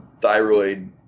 thyroid